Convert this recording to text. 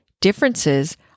Differences